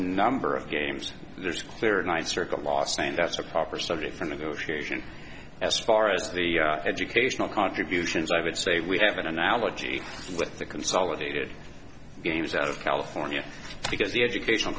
number of games there's clear night circle lausanne that's a proper subject to negotiation as far as the educational contributions i would say we have an analogy with the consolidated games out of california because the educational